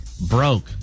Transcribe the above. broke